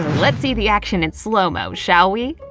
let's see the action in slow-mo, shall we?